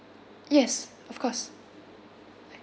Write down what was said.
yes of course